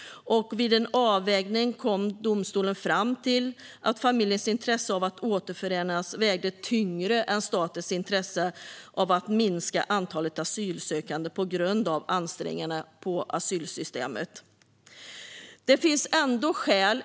Vid en avvägning kom domstolen fram till att familjens intresse av att återförenas vägde tyngre än statens intresse av att minska antalet asylsökande på grund av ansträngningarna på asylsystemet.